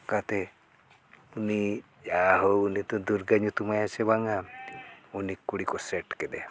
ᱠᱟᱛᱮᱫ ᱩᱱᱤ ᱡᱟᱦᱳᱠ ᱩᱱᱤ ᱛᱳ ᱫᱩᱨᱜᱟᱹ ᱧᱩᱛᱩᱢᱟ ᱥᱮ ᱵᱟᱝᱟ ᱩᱱᱤ ᱠᱩᱲᱤ ᱠᱚ ᱠᱮᱫᱮᱭᱟ